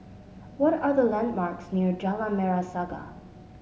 what are the landmarks near Jalan Merah Saga